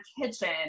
kitchen